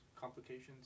complications